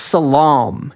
Salam